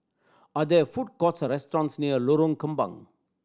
are there food courts or restaurants near Lorong Kembang